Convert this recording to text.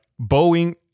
Boeing